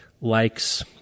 likes